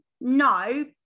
No